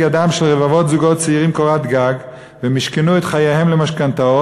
ידם של רבבות זוגות צעירים קורת גג ומשכנו את החיים למשכנתאות.